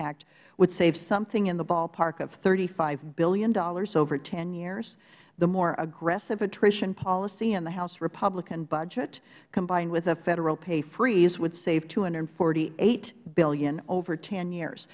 act would save something in the ballpark of thirty five dollars billion over ten years the more aggressive attrition policy in the house republican budget combined with a federal pay freeze would save two hundred and forty eight dollars billion over ten years